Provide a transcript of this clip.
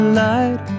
light